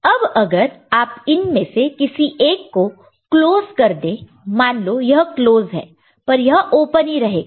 अब अगर आप इन में से किसी एक को क्लोज कर दे मान लो यह क्लोज है पर यह ओपन ही रहेगा